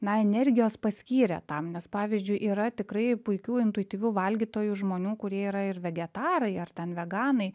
na energijos paskyrę tam nes pavyzdžiui yra tikrai puikių intuityvių valgytojų žmonių kurie yra ir vegetarai ar ten veganai